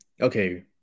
Okay